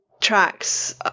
tracks